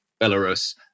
Belarus